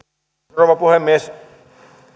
rouva puhemies